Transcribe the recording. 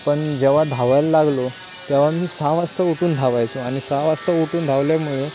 पण जेव्हा धावायला लागलो तेव्हा मी सहा वाजता उठून धावायचो आणि सहा वाजता उठून धावल्यामुळे